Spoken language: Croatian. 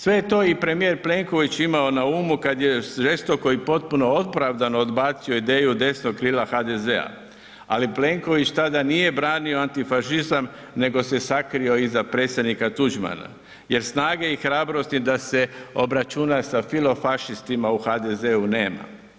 Sve je to i premijer Plenković imao na umu kada je žestoko i potpuno opravdano odbacio ideju desnog krila HDZ-a, ali Plenković tada nije brani antifašizam nego se sakrio iza predsjednika Tuđmana jer snage i hrabrosti da se obračuna sa filo fašistima u HDZ-u nema.